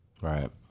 Right